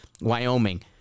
wyoming